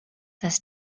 this